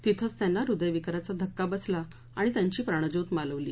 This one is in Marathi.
तिथंच त्यांना हृदयविकाराचा धक्का बसला आणि त्यांची प्राणज्योत मालवली